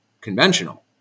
conventional